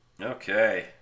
Okay